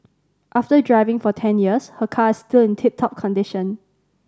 after driving for ten years her car is still in tip top condition